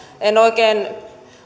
en oikein